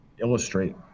illustrate